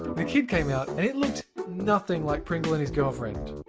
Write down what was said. the kid came out, and it looked nothing like pringle and his girlfriend.